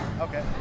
Okay